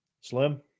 Slim